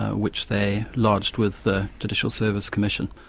which they lodged with the judicial services commission.